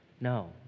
No